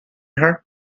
her